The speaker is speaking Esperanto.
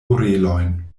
orelojn